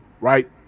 right